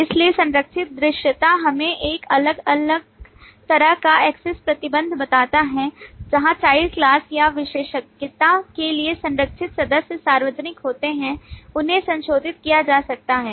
इसलिए संरक्षित दृश्यता हमें एक अलग तरह का एक्सेस प्रतिबंध बताता है जहां child class या विशेषज्ञता के लिए संरक्षित सदस्य सार्वजनिक होते हैं उन्हें संशोधित किया जा सकता है